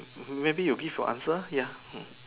maybe you give your answer ya mm